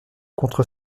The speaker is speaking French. contre